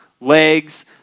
legs